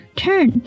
turn